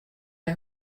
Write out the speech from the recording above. nei